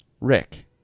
rick